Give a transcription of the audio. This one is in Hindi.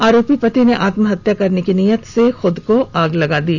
आरोपी पति ने आत्महत्या करने की नीयत से खूद को आग लगा ली